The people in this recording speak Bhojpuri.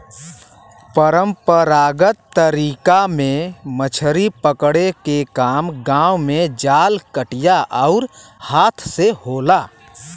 परंपरागत तरीका में मछरी पकड़े के काम गांव में जाल, कटिया आउर हाथ से होला